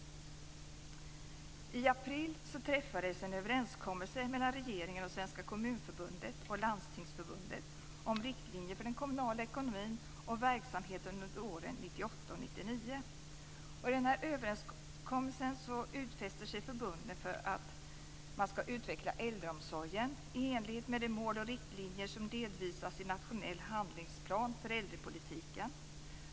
I april träffades en överenskommelse mellan regeringen, Svenska Kommunförbundet och Landstingsförbundet om riktlinjer för den kommunala ekonomin och verksamheten under åren 1998 och 1999. I denna överenskommelse utfäster sig förbunden att utveckla äldreomsorgen i enlighet med de mål och riktlinjer som redovisas i den nationella handlingsplanen för äldrepolitiken.